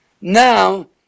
Now